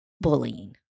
bullying